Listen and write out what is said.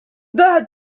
that